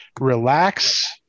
relax